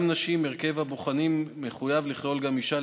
נשים הרכב הבוחנים מחויב לכלול גם אישה.